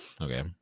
Okay